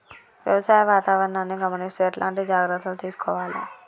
వ్యవసాయ వాతావరణాన్ని గమనిస్తూ ఎట్లాంటి జాగ్రత్తలు తీసుకోవాలే?